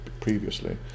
previously